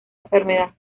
enfermedad